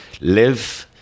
live